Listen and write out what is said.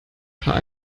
paar